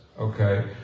okay